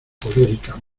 colérica